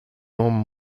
non